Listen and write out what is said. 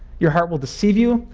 your heart will deceive you